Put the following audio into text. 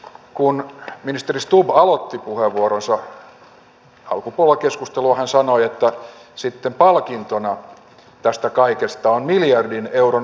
kun ministeri stubb aloitti puheenvuoronsa alkupuolella keskustelua hän sanoi että sitten palkintona tästä kaikesta on miljardin euron veronalennukset